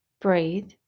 breathe